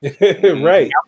right